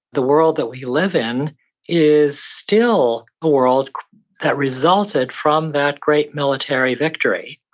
the world that we live in is still a world that resulted from that great military victory.